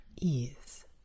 ease